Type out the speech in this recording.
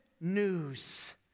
news